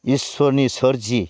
इस्वोरनि सोरजि